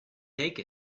take